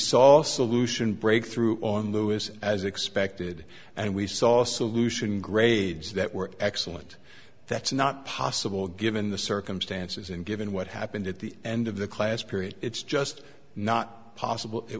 a solution breakthrough on lewis as expected and we saw a solution grades that were excellent that's not possible given the circumstances and given what happened at the end of the class period it's just not possible it